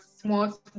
small